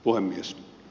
puhemies